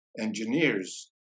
engineers